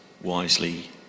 wisely